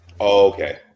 Okay